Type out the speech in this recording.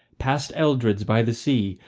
past eldred's by the sea,